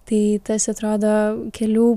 tai tas atrodo kelių